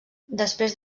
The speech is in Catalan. després